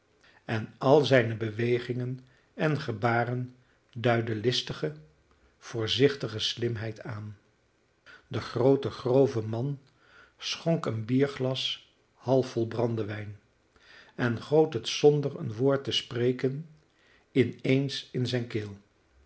en al zijne bewegingen en gebaren duidden listige voorzichtige slimheid aan de groote grove man schonk een bierglas half vol brandewijn en goot het zonder een woord te spreken in eens in zijn keel